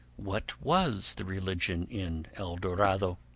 what was the religion in el dorado?